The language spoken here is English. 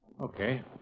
Okay